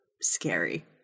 scary